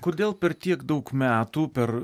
kodėl per tiek daug metų per